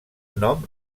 nom